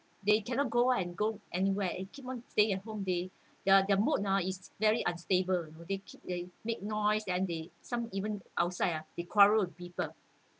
they cannot go out and go anywhere they keep on staying at home they their their mood ah is very unstable they keep they make noise then they some even outside ah they quarrelled with people